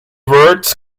words